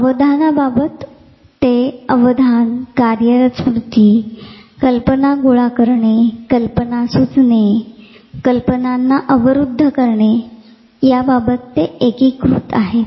तर अवधानाबाबत ते अवधान कार्यरत स्मृती कल्पना गोळा करणे कल्पना सुचणे कल्पनांना अवरुद्ध करणे या बाबत ते एकीकृत आहे